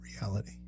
reality